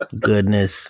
Goodness